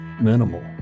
minimal